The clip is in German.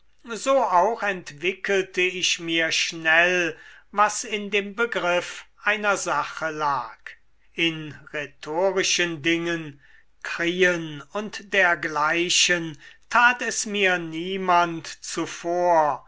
so auch entwickelte ich mir schnell was in dem begriff einer sache lag in rhetorischen dingen chrien und dergleichen tat es mir niemand zuvor